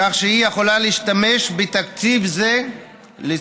כך שהיא יכולה להשתמש בתקציב זה לצורך